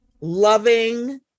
loving